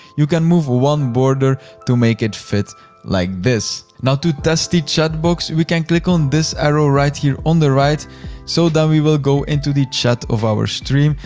you can move one border to make it fit like this. now to test the chat box, we can click on this arrow right here on the right so that we will go into the chat of our stream.